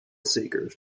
seekers